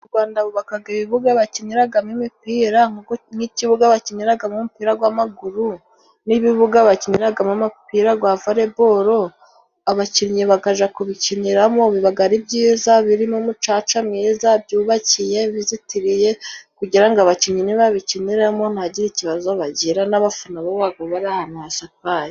Urwanda bubaka ibibu bakiniramo imipira, n'ikibuga bakiniraamo umupira w'amaguru, n'ibibuga bakiniramo umupira vore boro, abakinnyi bakajya kubikiniramo, biba ari ibyiza, birimo umucaca mwiza, byubakiye, bizitiriye, kugira ngo abakinnyi nibabikiniramo ntahagire ikibazo bagira, n'abafana nabo bari ahantu hasakaye.